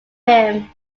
him